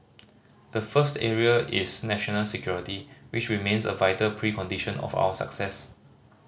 the first area is national security which remains a vital precondition of our success